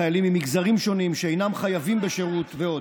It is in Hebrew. חיילים ממגזרים שונים שאינם חייבים בשירות ועוד.